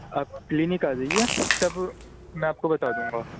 آپ کلینک آ جائیے تب میں آپ کو بتا دوں گا